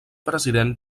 president